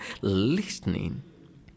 listening